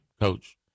coach